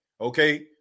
okay